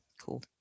cool